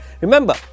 Remember